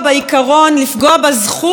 לפגוע "בזכות" במירכאות,